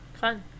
Fun